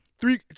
three